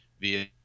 via